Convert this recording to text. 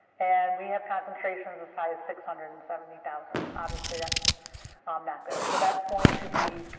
and we have concentrations of size six hundred and seventy thousand, obviously that's um not good. so that's going to be,